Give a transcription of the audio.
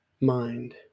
mind